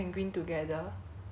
ya the online game